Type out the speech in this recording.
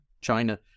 China